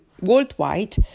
worldwide